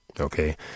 Okay